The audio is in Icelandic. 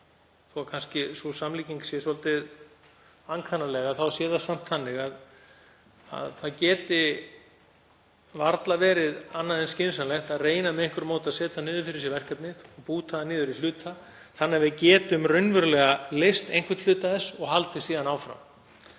Þó að sú samlíking sé kannski svolítið ankannaleg þá held ég að það sé samt þannig að það geti varla verið annað en skynsamlegt að reyna með einhverju móti að setja niður fyrir sér verkefnið, búta það niður í hluta þannig að við getum raunverulega leyst einhvern hluta þess og haldið síðan áfram.